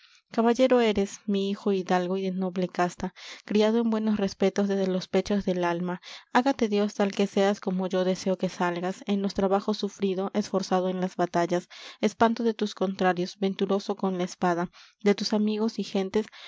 caballero eres mi hijo hidalgo y de noble casta criado en buenos respetos desde los pechos del ama hágate dios tal que seas como yo deseo que salgas en los trabajos sufrido esforzado en las batallas espanto de tus contrarios venturoso con la espada de tus amigos y gentes